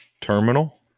terminal